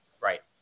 Right